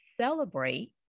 celebrate